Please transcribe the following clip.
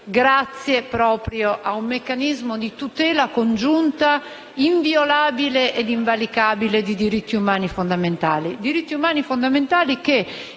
grazie a un meccanismo di tutela congiunta, inviolabile ed invalicabile, dei diritti umani fondamentali. Diritti umani che,